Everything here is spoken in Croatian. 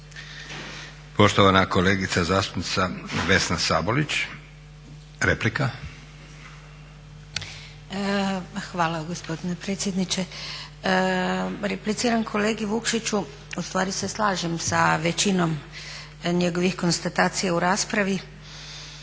Poštovana kolegica zastupnica Vesna Sabolić, replika. **Sabolić, Vesna (HNS)** Hvala gospodine predsjedniče. Repliciram kolegi Vukšiću, ustvari se slažem sa većinom njegovih konstatacija u raspravi.